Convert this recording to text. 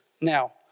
Now